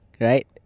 right